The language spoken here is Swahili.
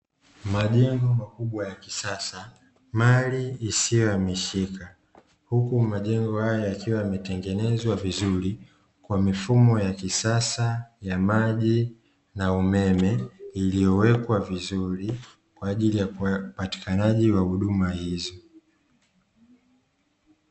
Majengo makubwa ya kisasa mali isiyo hamishika, huku majengo haya yakiwa yametengenezwa vizuri, kwa mifumo ya kisasa ya maji na umeme iliyowekwa vizuri, kwa ajili ya upatikanaji wa huduma hizo.